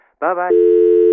Bye-bye